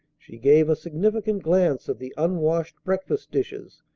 she gave a significant glance at the unwashed breakfast dishes,